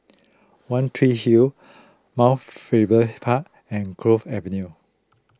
one Tree Hill Mount Faber Park and Cove Avenue